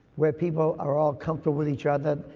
where people are all comfortable with each other,